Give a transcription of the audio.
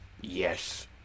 Yes